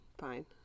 Fine